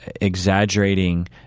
exaggerating